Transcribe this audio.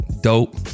dope